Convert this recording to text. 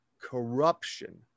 corruption